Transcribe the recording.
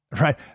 Right